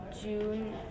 June